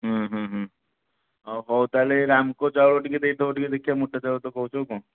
ଅ ହଉ ତାହେଲେ ଏଇ ରାମକୋ ଚାଉଳ ଟିକେ ଦେଇଦେବ ତାହେଲେ ଟିକେ ଦେଖିଆ ମୁଁ କହୁଛି ଆଉ କ'ଣ